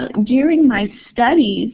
ah during my studies